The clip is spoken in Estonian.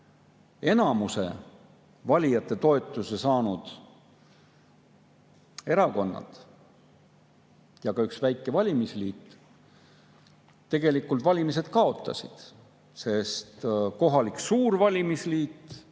enamuse toetuse saanud erakonnad ja ka üks väike valimisliit tegelikult valimistel kaotasid, sest kohalik suur valimisliit